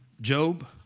Job